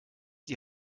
die